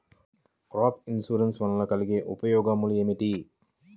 Group insurance వలన కలిగే ఉపయోగమేమిటీ?